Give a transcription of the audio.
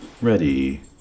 ready